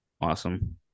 Awesome